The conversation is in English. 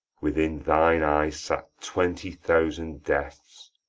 within thine eyes sat twenty thousand deaths,